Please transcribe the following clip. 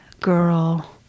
girl